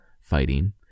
fighting